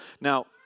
Now